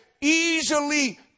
easily